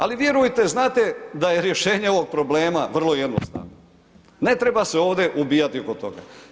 Ali vjerujte, znate da je rješenje ovog problema vrlo jednostavno, ne treba se ovdje ubijati oko toga.